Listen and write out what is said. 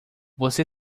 você